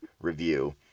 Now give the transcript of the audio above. review